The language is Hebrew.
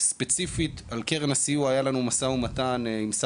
וספציפית היה לנו משא ומתן על הגידול של